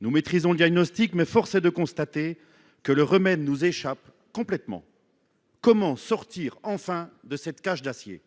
Nous maîtrisons le diagnostic, mais force est de constater que le remède nous échappe complètement. Comment sortir enfin de cette cage d’acier ?